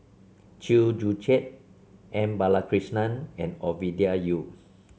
Chew Joo Chiat M Balakrishnan and Ovidia Yu